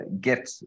get